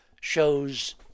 shows